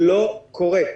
לא קורה.